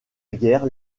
guerre